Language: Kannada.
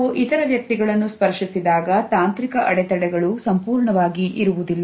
ನಾವು ಇತರ ವ್ಯಕ್ತಿಗಳನ್ನು ಸ್ಪರ್ಶಿಸಿದಾಗ ತಾಂತ್ರಿಕ ಅಡೆತಡೆಗಳು ಸಂಪೂರ್ಣವಾಗಿ ಇರುವುದಿಲ್ಲ